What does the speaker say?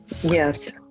Yes